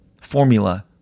formula